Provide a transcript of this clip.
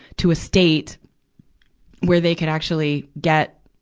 to a state where they can actually get,